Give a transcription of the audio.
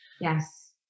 Yes